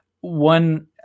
one